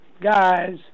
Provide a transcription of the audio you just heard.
guys